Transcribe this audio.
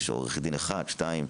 יש עורך דין אחד, שניים?